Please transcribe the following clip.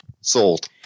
sold